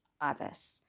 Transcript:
others